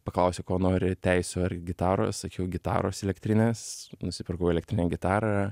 paklausė ko nori teisių ar gitaros sakiau gitaros elektrinės nusipirkau elektrinę gitarą